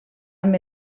amb